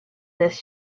this